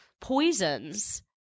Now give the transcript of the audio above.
poisons